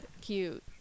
cute